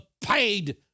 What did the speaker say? paid